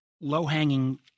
low-hanging